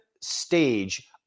stage